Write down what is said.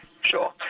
sure